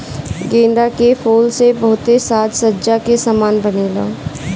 गेंदा के फूल से बहुते साज सज्जा के समान बनेला